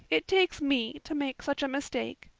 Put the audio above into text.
it takes me to make such a mistake,